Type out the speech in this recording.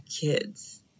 kids